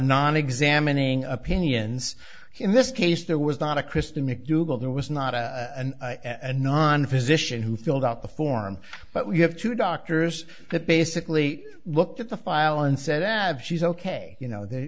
non examining opinions in this case there was not a christie mcdougall there was not a anon physician who filled out the form but we have two doctors that basically looked at the file and said that she's ok you know th